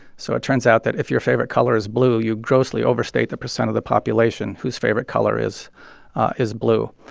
so it turns out that if your favorite color is blue, you grossly overstate the percent of the population whose favorite color is is blue.